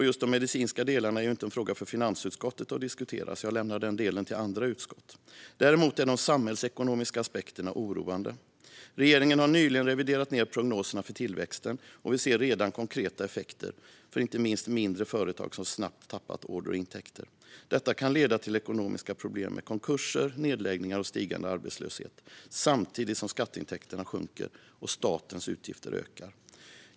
Just de medicinska delarna är inte för finansutskottet att diskutera. Det lämnar jag därför till andra utskott. Men även de samhällsekonomiska aspekterna är oroande. Regeringen har nyligen reviderat ned prognoserna för tillväxten, och vi ser redan konkreta effekter för inte minst mindre företag som snabbt har tappat order och intäkter. Detta kan leda till ekonomiska problem som konkurser, nedläggningar och stigande arbetslöshet samtidigt som skatteintäkterna sjunker och statens utgifter ökar.